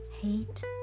hate